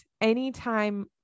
anytime